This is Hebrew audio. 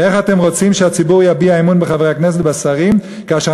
איך אתם רוצים שהציבור יביע אמון בחברי הכנסת ובשרים כאשר